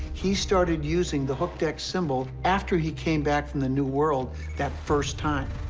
he started using the hooked x symbol after he came back from the new world that first time.